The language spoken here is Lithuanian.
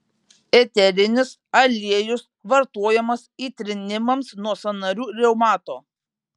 eterinis aliejus vartojamas įtrynimams nuo sąnarių reumato